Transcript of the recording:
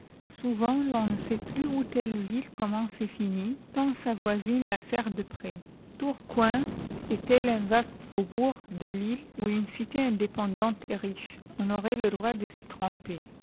souvent l'on ne sait plus où telle ville commence et finit tant sa voisine la serre de près tourcoing est-elle un vaste faubourg de lille ou une cité indépendante et riche on aurait le droit de s'y